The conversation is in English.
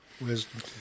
Wisdom